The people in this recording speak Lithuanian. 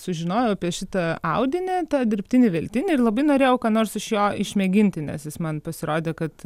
sužinojau apie šitą audinį tą dirbtinį veltinį ir labai norėjau ką nors iš jo išmėginti nes jis man pasirodė kad